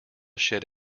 shed